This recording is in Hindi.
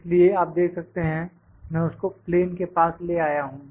इसलिए आप देख सकते हैं मैं उसको प्लेन के पास ले आया हूं